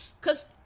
cause